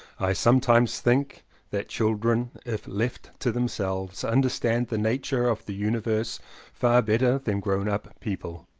i sometimes think that children if left to themselves understand the nature of the universe far better than grown up people.